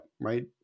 right